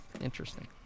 Interesting